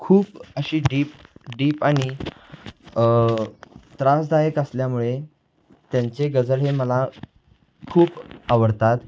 खूप अशी deep deep आणि त्रासदायक असल्यामुळे त्यांचे गजल हे मला खूप आवडतात